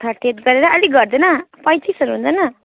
thirty eight गरेर अलिक घट्दैन पैँतिसहरू हुँदैन